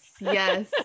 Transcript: yes